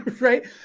right